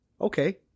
Okay